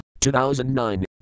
2009